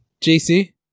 JC